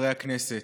הכנסת,